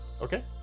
Okay